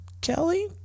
Kelly